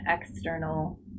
external